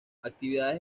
actividades